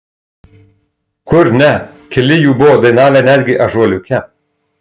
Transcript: kur ne keli jų buvo dainavę netgi ąžuoliuke